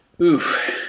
Oof